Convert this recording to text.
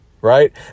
right